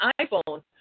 iPhone